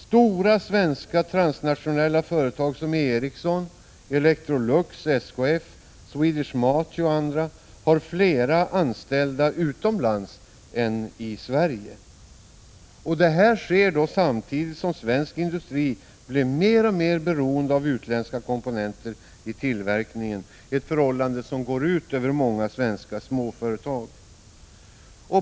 Stora svenska transnationella företag som Ericsson, Electrolux, SKF, Swedish Match och andra har flera anställda utomlands än i Sverige, samtidigt som svensk industri blir mer och mer beroende av utländska komponenter i tillverkningen, ett förhållande som går ut över många svenska småföretag.